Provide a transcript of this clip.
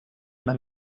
una